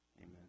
amen